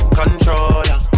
controller